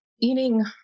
eating